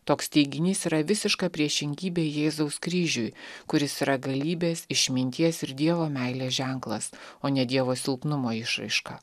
toks teiginys yra visiška priešingybė jėzaus kryžiui kuris yra galybės išminties ir dievo meilės ženklas o ne dievo silpnumo išraiška